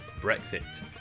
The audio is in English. Brexit